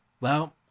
Well